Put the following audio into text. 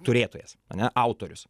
turėtojas ane autorius